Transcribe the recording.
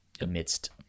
amidst